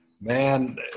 Man